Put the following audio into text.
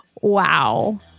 Wow